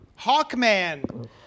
Hawkman